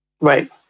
Right